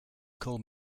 call